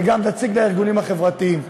וגם נציג לארגונים החברתיים.